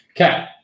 okay